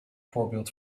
voorbeeld